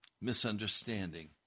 misunderstanding